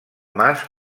mas